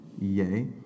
Yay